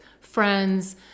friends